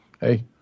hey